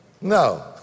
no